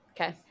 Okay